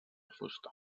fusta